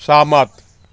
सहमत